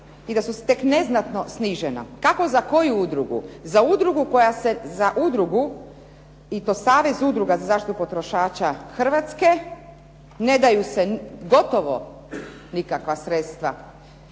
i da su tek neznatno snižena kako za koju udrugu. Za udrugu i to Savez udruga za zaštitu potrošača Hrvatske ne daju se gotovo nikakva sredstva,